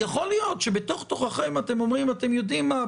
יכול להיות שבתוך תוככם אתם אומרים אתם יודעים מה,